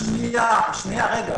שנייה, רגע.